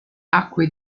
acque